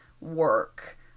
work